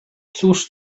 cóż